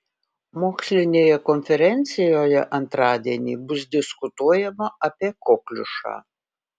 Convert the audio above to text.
mokslinėje konferencijoje antradienį bus diskutuojama apie kokliušą